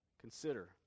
consider